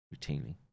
routinely